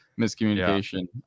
miscommunication